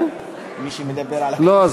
לא,